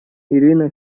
ирина